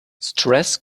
stress